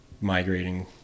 migrating